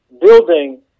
building